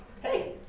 hey